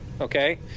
okay